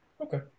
Okay